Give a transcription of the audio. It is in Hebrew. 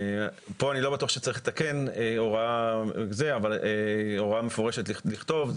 כאן אני לא בטוח שצריך לתקן ולכתוב הוראה מפורשת זה